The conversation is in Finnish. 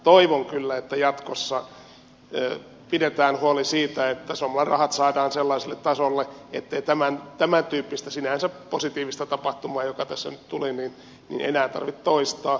toivon kyllä että jatkossa pidetään huoli siitä että somlan rahat saadaan sellaiselle tasolle ettei tämän tyyppistä sinänsä positiivista tapahtumaa joka tässä nyt tuli enää tarvitse toistaa